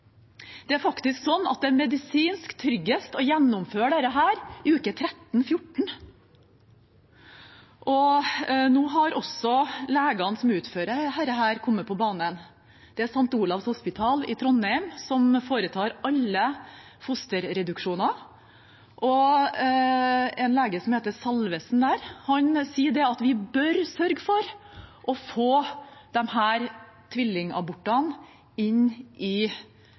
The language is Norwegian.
Det er faktisk sånn at det er medisinsk tryggest å gjennomføre dette i uke 13–14. Nå har også legene som utfører dette, kommet på banen. Det er St. Olavs hospital i Trondheim som foretar alle fosterreduksjoner, og en lege der som heter Salvesen, sier at vi bør sørge for å få tvillingabortene inn i